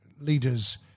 leaders